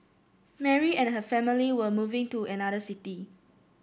Mary and her family were moving to another city